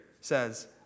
says